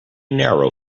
narrow